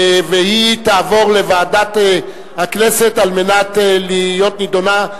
והיא תעבור לוועדת הכנסת על מנת להיות נדונה,